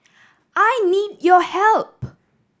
I need your help